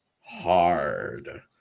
hard